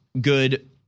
good